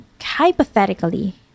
hypothetically